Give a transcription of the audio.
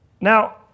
Now